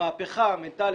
המהפכה המנטלית,